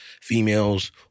females